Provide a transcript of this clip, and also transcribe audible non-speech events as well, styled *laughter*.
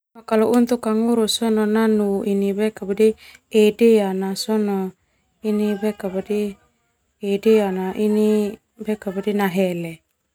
Kalau untuk kanguru sona nano ini *hesitation* e dea na sona ini *hesitation* e dea *hesitation* nahele.